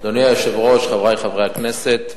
אדוני היושב-ראש, חברי חברי הכנסת,